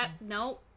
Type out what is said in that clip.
No